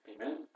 Amen